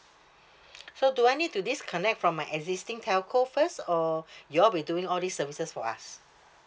so do I need to disconnect from my existing telco first or you all be doing all these services for us